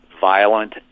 violent